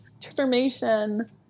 transformation